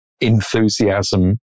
enthusiasm